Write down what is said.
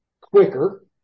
quicker